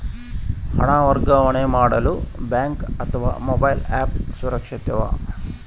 ಹಣ ವರ್ಗಾವಣೆ ಮಾಡಲು ಬ್ಯಾಂಕ್ ಅಥವಾ ಮೋಬೈಲ್ ಆ್ಯಪ್ ಸುರಕ್ಷಿತವೋ?